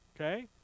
Okay